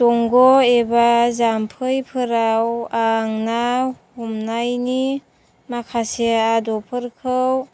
दंग' एबा जाम्फैफोराव आं ना हमनायनि माखासे आदबफोरखौ